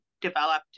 developed